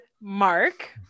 Mark